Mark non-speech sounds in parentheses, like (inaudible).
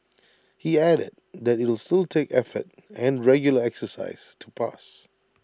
(noise) he added that IT will still take effort and regular exercise to pass